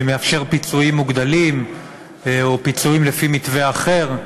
שמאפשר פיצויים מוגדלים או פיצויים לפי מתווה אחר,